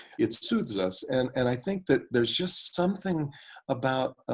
it soothes us and and i think that there's just something about